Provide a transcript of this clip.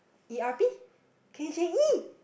E_R_P K_J_E